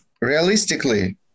realistically